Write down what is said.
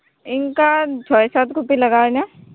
ᱤᱱᱠᱟ ᱪᱷᱚᱭ ᱥᱟᱛ ᱠᱚᱯᱤ ᱞᱟᱜᱟᱣᱤᱧᱟᱹ